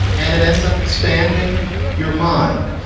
and it ends up expanding your mind.